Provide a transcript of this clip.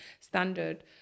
standard